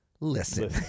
listen